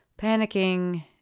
panicking